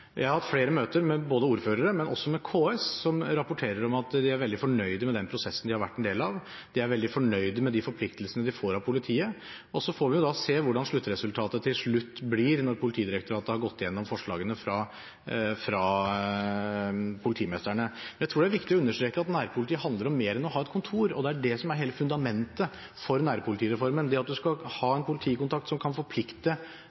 Jeg har hatt flere møter med ordførere, men også med KS, som rapporterer om at de er veldig fornøyd med den prosessen de har vært en del av. De er veldig fornøyd med de forpliktelsene de får av politiet. Så får vi se hvordan sluttresultatet til slutt blir, når Politidirektoratet har gått gjennom forslagene fra politimestrene. Jeg tror det er viktig å understreke at nærpolitiet handler om mer enn å ha et kontor. Det er det som er hele fundamentet for nærpolitireformen – at man skal